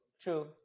true